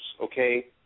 okay